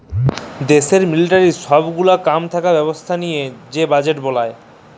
দ্যাশের মিলিটারির সব গুলা কাম থাকা ব্যবস্থা লিয়ে যে বাজেট বলায়